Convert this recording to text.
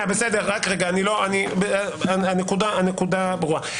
הנקודה ברורה.